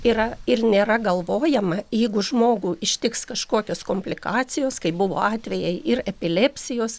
yra ir nėra galvojama jeigu žmogų ištiks kažkokios komplikacijos kaip buvo atvejai ir epilepsijos